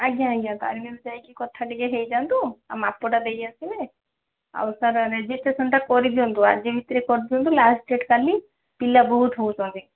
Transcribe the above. ଆଜ୍ଞା ଆଜ୍ଞା ତାରିଣୀରୁ ଯାଇକି କଥା ଟିକେ ହେଇ ଯାଆନ୍ତୁ ଆଉ ମାପଟା ଦେଇ ଆସିବେ ଆଉ ସାର୍ ରେଜିଷ୍ଟେସନଟା କରି ଦିଅନ୍ତୁ ଆଜି ଭିତରେ କରି ଦିଅନ୍ତୁ ଲାଷ୍ଟ୍ ଡେଟ୍ କାଲି ପିଲା ବହୁତ ହେଉଛନ୍ତି